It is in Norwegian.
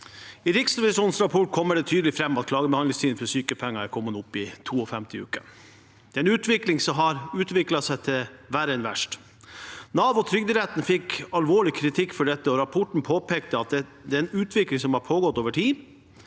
I Riksrevi- sjonens rapport kommer det tydelig fram at klagebehandlingstiden for sykepenger har kommet opp i 52 uker. Det er en utvikling som har utviklet seg til verre enn verst. Nav og Trygderetten fikk alvorlig kritikk for dette, og rapporten påpekte at det er en utvikling som har pågått over tid.